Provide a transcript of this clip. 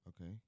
Okay